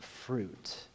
fruit